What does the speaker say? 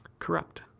corrupt